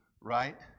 right